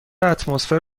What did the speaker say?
اتمسفر